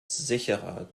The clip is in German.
sicherer